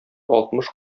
алтмыш